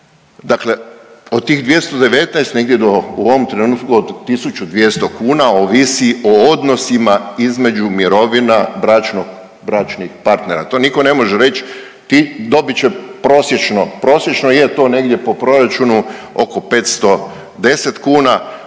Dakle od tih 219 negdje do u ovom trenutku od 1200 kuna ovisi o odnosima između mirovina bračnih partnera. To nitko ne može reći ti dobit će prosječno, prosječno je to negdje po proračunu oko 510 kuna